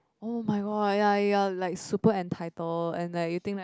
oh my god ya y'all like super entitled and like you think like